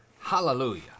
Hallelujah